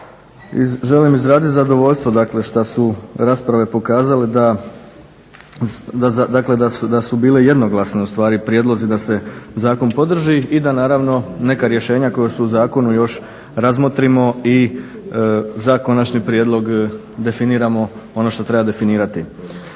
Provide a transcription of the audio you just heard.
Želim izraziti zadovoljstvo, dakle što su rasprave pokazale dakle da su bile jednoglasni u stvari prijedlozi da se zakon podrži i da naravno neka rješenja koja su u zakonu još razmotrimo i za konačni prijedlog definiramo ono što treba definirati.